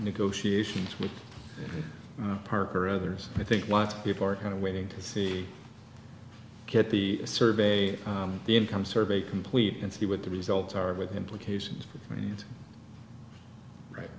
negotiations with parker others i think lots of people are kind of waiting to see get the survey the income survey complete and see what the results are with implications